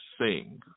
sing